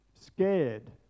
scared